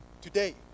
Today